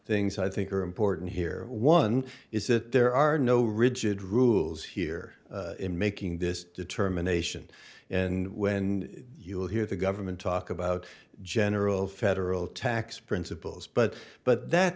things i think are important here one is that there are no rigid rules here in making this determination and when you hear the government talk about general federal tax principles but but that